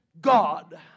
God